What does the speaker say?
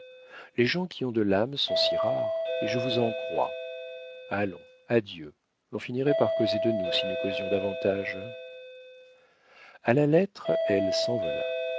les gens qui ont de l'âme sont si rares et je vous en crois allons adieu l'on finirait par causer de nous si nous causions davantage a la lettre elle s'envola